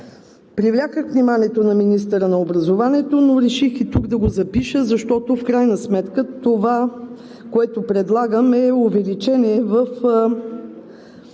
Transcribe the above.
Привлякох вниманието на министъра на образованието, но реших и тук да го запиша, защото в крайна сметка това, което предлагам е увеличение в